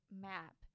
map